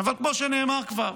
אבל כמו שנאמר כבר: